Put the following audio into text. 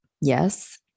yes